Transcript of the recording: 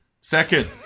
second